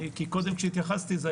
כי קודם כשהתייחסתי,